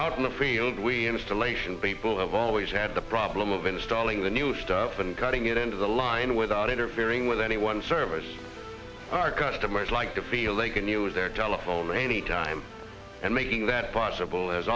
out in the field we installation people have always had the problem of installing the new stuff and putting it into the line without interfering with any one service our customers like to feel they can use the telephone anytime and making that possible